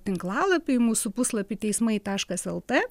tinklalapį mūsų puslapį teismai taškas lt